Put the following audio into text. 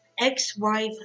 ex-wife